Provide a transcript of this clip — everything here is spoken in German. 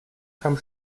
kam